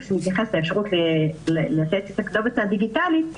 שמתייחס לאפשרות לתת את הכתובת הדיגיטלית,